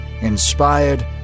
Inspired